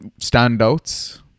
standouts